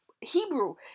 Hebrew